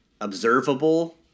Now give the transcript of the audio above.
observable